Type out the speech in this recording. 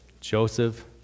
Joseph